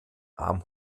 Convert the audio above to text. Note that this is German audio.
arm